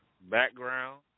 background